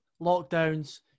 lockdowns